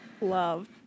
love